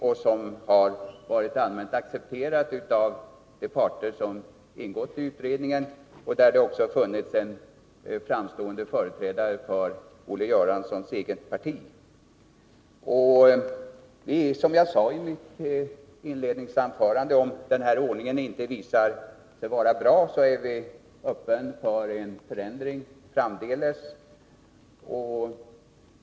Förslaget har ju allmänt accepterats av de parter som ingått i utredningen, som även haft en framträdande företrädare för det parti som Olle Göransson tillhör. Om den nuvarande ordningen inte visar sig bra är vi, som jag sade i mitt inledningsanförande, öppna för en förändring framdeles.